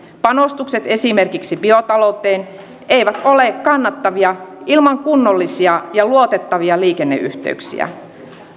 panostukset esimerkiksi biotalouteen eivät ole kannattavia ilman kunnollisia ja luotettavia liikenneyhteyksiä